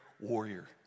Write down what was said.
warrior